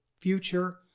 future